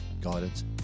guidance